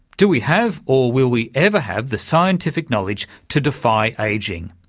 do we have, or will we ever have the scientific knowledge to defy ageing?